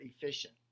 efficient